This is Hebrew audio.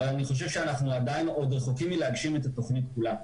אבל אני חושב שאנחנו עוד רחוקים מלהגשים את התוכנית כולה.